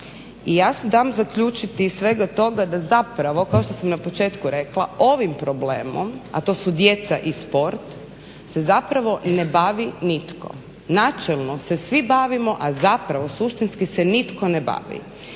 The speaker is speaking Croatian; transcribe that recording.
I ja dam zaključiti iz svega toga da zapravo kao što sam na početku rekla ovim problemom, a to su djeca i sport se zapravo ne bavi nitko. Načelno se svi bavimo, a zapravo suštinski se nitko ne bavi.